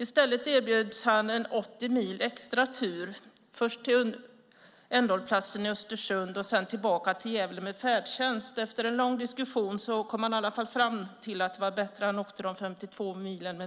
I stället erbjöds han en 80 mil extra tur, först till ändhållplatsen i Östersund och sedan tillbaka till Gävle med färdtjänst. Efter en lång diskussion kom han fram till att det var bättre att han åkte de 52 milen